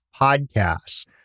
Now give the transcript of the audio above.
podcasts